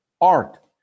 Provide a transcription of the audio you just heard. art